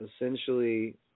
essentially